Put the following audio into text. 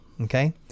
Okay